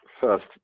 first